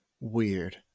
Weird